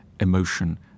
emotion